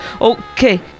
Okay